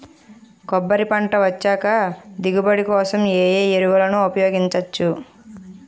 కొబ్బరి పంట ఎక్కువ దిగుబడి కోసం ఏ ఏ ఎరువులను ఉపయోగించచ్చు?